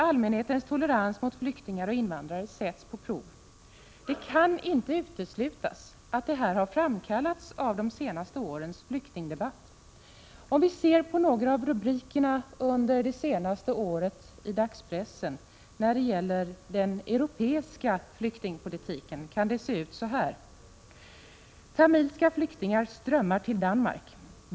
Allmänhetens tolerans mot flyktingar och invandrare sätts på prov. Det kaninte uteslutas att detta har framkallats av de senaste årens flyktingdebatt. Några av rubrikerna under det senaste året i dagspressen om den europeiska flyktingpolitiken kan se ut så här: Tamilska flyktingar strömmar till Danmark.